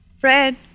Fred